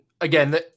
again